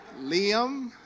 Liam